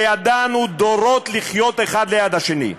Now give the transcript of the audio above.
וידענו דורות לחיות אחד ליד השני.